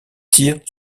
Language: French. tirent